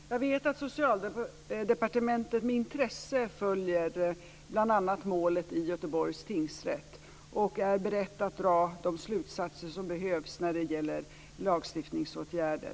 Fru talman! Jag vet att Socialdepartementet med intresse följer bl.a. målet i Göteborgs tingsrätt och är berett att dra de slutsatser som behövs när det gäller lagstiftningsåtgärder.